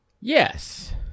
yes